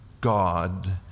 God